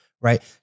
right